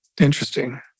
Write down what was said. Interesting